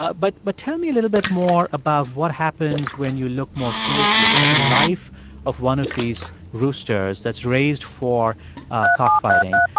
ah but but tell me a little bit more about what happens when you look more closely at the life of one of these roosters that's raised for cockfighting.